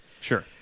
Sure